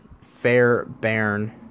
Fairbairn